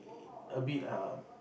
a bit err